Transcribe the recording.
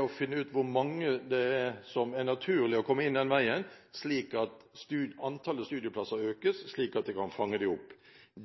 å finne ut for hvor mange det er naturlig å komme inn den veien, slik at studieplasser økes og man kan fange dem opp.